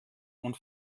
und